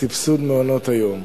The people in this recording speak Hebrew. סבסוד מעונות-היום.